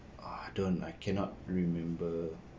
I don't I cannot remember